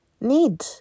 need